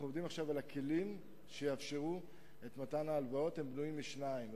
אנחנו עובדים עכשיו על הכלים שיאפשרו את מתן ההלוואות הבנויות משניים,